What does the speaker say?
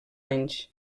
anys